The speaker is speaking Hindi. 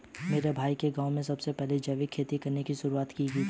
मेरे भाई ने गांव में सबसे पहले जैविक खेती करने की शुरुआत की थी